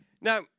Now